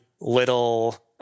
little